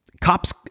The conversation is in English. cops